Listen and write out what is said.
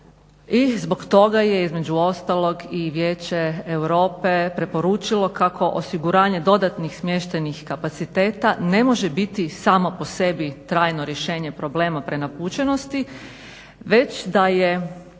zbog toga je između ostalog i Vijeće Europe preporučilo kako osiguranje dodatnih smještajnih kapaciteta ne može biti samo po sebi trajno rješenje problema prenapučenosti već da je